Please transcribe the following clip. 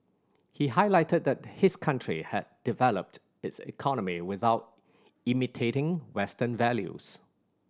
he highlighted that his country had developed its economy without imitating Western values